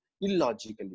illogically